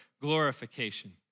glorification